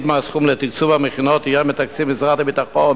מהסכום לתקצוב המכינות יהיה מתקציב משרד הביטחון